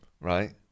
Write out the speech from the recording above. Right